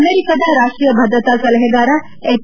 ಅಮೆರಿಕದ ರಾಷ್ಷೀಯ ಭದ್ರತಾ ಸಲಹೆಗಾರ ಎಚ್